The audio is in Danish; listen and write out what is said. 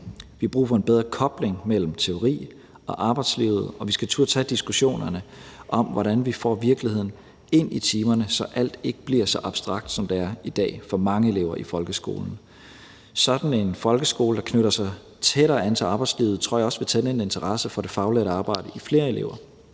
har brug for en bedre kobling mellem teori og arbejdslivet, og vi skal turde tage diskussionerne om, hvordan vi får virkeligheden ind i timerne, så alt ikke bliver så abstrakt, som det er i dag for mange elever i folkeskolen. Sådan en folkeskole, der knytter sig tættere an til arbejdslivet, tror jeg også vil tænde en interesse for det faglærte arbejde i flere elever.